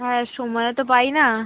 হ্যাঁ সময়ও তো পাই না